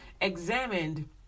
examined